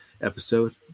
episode